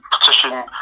petition